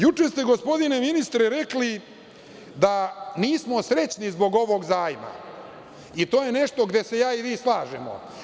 Juče ste, gospodine ministre, rekli da nismo srećni zbog ovog zajma i to je nešto gde se ja i vi slažemo.